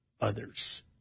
others